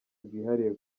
bwihariye